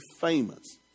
famous